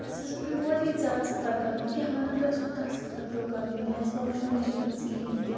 اسہِ ہَسا پیٛو واریاہ زیادٕ سفر کَرُن بہٕ کیٛاہ وَنہو تۄہہِ اسہِ کوٗتاہ سفر پیٛو کَرُن ییٚلہِ نہٕ اسہِ واشِنٛگ مشیٖن ٲس کِہیٖنۍ تہِ